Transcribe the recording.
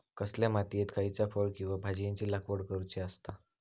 कसल्या मातीयेत खयच्या फळ किंवा भाजीयेंची लागवड करुची असता?